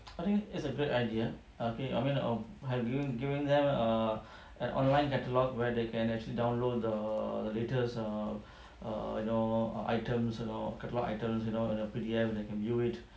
I think it's a good idea okay I mean um giving them err an online catalogue where they can actually download the latest err you know items you know catalogue items you know on a P_D_F they can view it